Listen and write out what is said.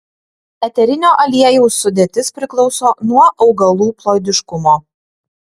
eterinio aliejaus sudėtis priklauso nuo augalų ploidiškumo